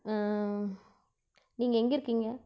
நீங்கள் எங்கே இருக்கீங்க